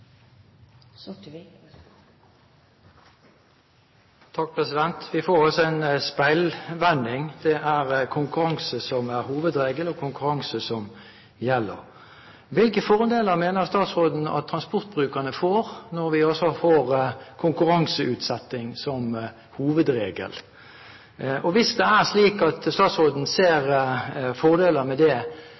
konkurranse som er hovedregelen og konkurranse som gjelder. Hvilke fordeler mener statsråden at transportbrukerne får når vi får konkurranseutsetting som hovedregel? Og hvis det er slik at statsråden ser fordeler med dette, er det